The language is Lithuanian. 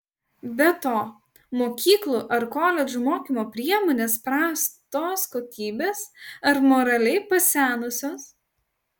be to mokyklų ar koledžų mokymo priemonės prastos kokybės ar moraliai pasenusios